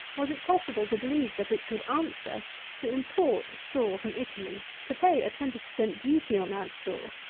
was it possible to believe that it could answer to import straw from italy, to pay a twenty per cent. duty on that straw,